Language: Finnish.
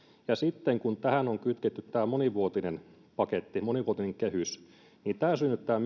ja sitten kun tähän on kytketty tämä monivuotinen paketti monivuotinen kehys niin myöskin tämä synnyttää